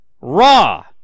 Raw